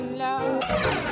love